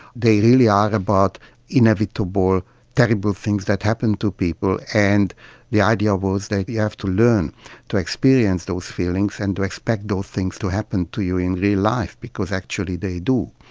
they really are about inevitable terrible things that happen to people, and the idea was that you have to learn to experience those feelings and to expect those things to happen to you in real life because actually they do.